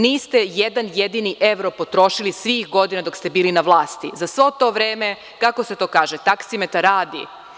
Niste ni jedan jedini evro potrošili svih godina dok ste bili na vlasti, za svo to vreme, kako se to kaže, taksimetar radi.